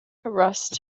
rust